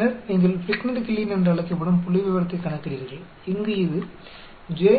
பின்னர் நீங்கள் Fligner Killeen என்று அழைக்கப்படும் புள்ளிவிவரத்தைக் கணக்கிடுகிறீர்கள் இங்கு இது j